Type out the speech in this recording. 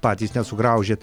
patys sugraužėt